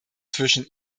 zwischen